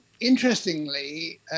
interestingly